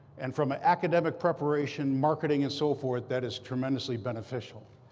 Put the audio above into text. and from an academic preparation, marketing, and so forth, that is tremendously beneficial.